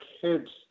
kids